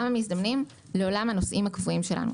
המזדמנים לעולם הנוסעים הקבועים שלנו.